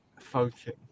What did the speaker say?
function